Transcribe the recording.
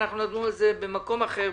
אנחנו נדון בו במקום אחר,